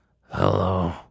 Hello